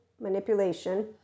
manipulation